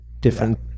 different